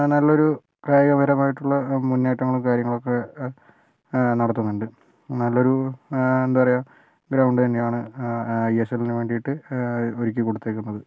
നല്ലൊരു കായികപരമായിട്ടുള്ള മുന്നേറ്റാണ് കാര്യങ്ങളൊക്കെ നടത്തുന്നുണ്ട് നല്ലൊരു എന്താ പറയുക ഗ്രൗണ്ട് തന്നെയാണ് ഐ എസ് എല്ല് ന് വേണ്ടിയിട്ട് ഒരുക്കി കൊടുത്തേക്കുന്നത്